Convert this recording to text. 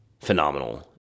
phenomenal